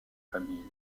familles